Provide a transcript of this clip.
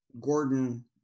Gordon